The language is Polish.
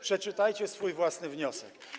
Przeczytajcie swój własny wniosek.